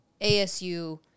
ASU